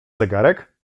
zegarek